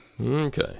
Okay